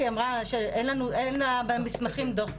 כי היא אמרה שאין לה במסמכים דוח פסיכיאטרי.